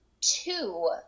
two